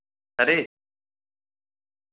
खरे